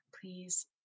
please